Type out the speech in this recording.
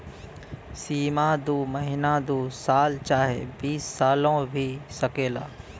सीमा दू महीना दू साल चाहे बीस सालो भी सकेला